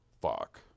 fuck